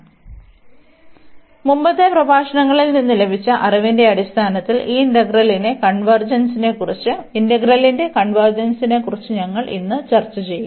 അതിനാൽ മുമ്പത്തെ പ്രഭാഷണങ്ങളിൽ നിന്ന് ലഭിച്ച അറിവിന്റെ അടിസ്ഥാനത്തിൽ ഈ ഇന്റഗ്രലിന്റെ കൺവെർജെൻസിനെക്കുറിച്ച് ഞങ്ങൾ ഇന്ന് ചർച്ച ചെയ്യും